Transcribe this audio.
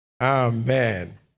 Amen